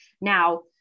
Now